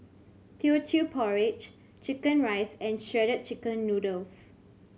Teochew Porridge chicken rice and Shredded Chicken Noodles